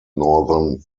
northern